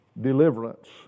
Deliverance